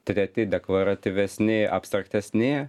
treti dekoratyvesni abstraktesni